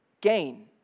gain